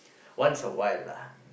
once a while lah